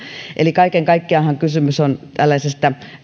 eli kaiken kaikkiaanhan kysymys on tällaisesta